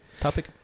Topic